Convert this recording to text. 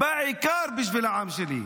בעיקר בשביל העם שלי,